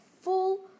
full